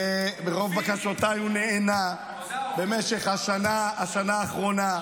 ולרוב בקשותיי הוא נענה במשך השנה האחרונה,